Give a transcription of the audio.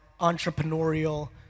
entrepreneurial